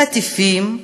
חטיפים,